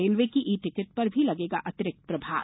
railway की e ticket पर भी लगेगा अतिरिक्त प्रभार